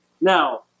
Now